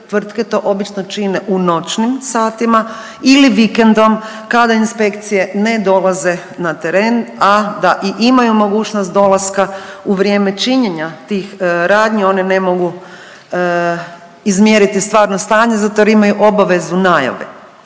tvrtke to obično čine u noćnim satima ili vikendom kada inspekcije ne dolaze na teren, a da i imaju mogućnost dolaska u vrijeme činjenja tih radnji one ne mogu izmjeriti stvarno stanje zato jer imaju obavezu najave.